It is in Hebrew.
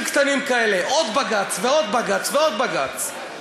קטנים כאלה: עוד בג"ץ ועוד בג"ץ ועוד בג"ץ.